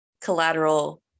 collateral